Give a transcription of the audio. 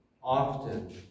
Often